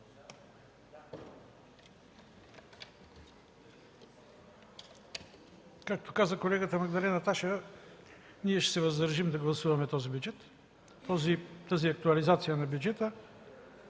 Както каза колегата Магдалена Ташева, ние ще се въздържим да гласуваме тази актуализация на бюджета.